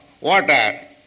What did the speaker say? water